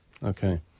Okay